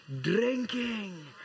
drinking